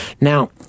Now